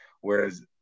whereas